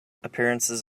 appearances